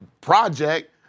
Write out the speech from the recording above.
project